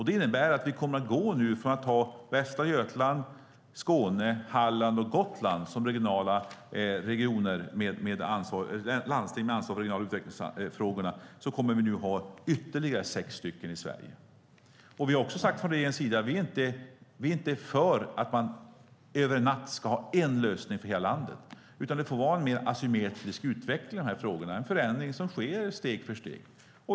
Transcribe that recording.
Det innebär att vi nu kommer att gå från att ha Västra Götaland, Skåne, Halland och Gotland som regioner - landsting med ansvar för regionala utvecklingsfrågor - till att ha ytterligare sex regioner i Sverige. Vi har från regeringens sida också sagt att vi inte förespråkar att man över en natt ska gå över till samma lösning för hela landet, utan det får vara en mer asymmetrisk utveckling i de här frågorna - en förändring som sker steg för steg.